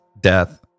death